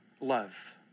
love